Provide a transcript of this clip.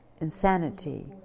insanity